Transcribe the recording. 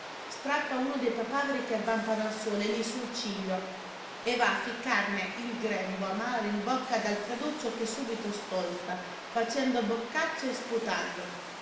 strappa uno dei papaveri che avvampano al sole lì sul ciglio e va a ficcarne il gambo amaro in bocca ad alfreduccio che subito stolza facendo boccacce e sputando